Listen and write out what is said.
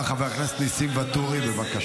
אני מציע